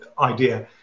idea